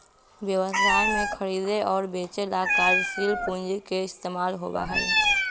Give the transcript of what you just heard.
व्यवसाय में खरीदे और बेंचे ला कार्यशील पूंजी के इस्तेमाल होबा हई